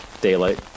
Daylight